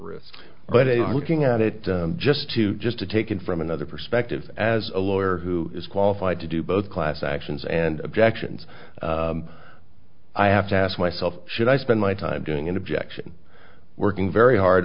risk but it's working on it just to just to take in from another perspective as a lawyer who is qualified to do both class actions and objections i have to ask myself should i spend my time doing in objection working very hard